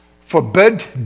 forbid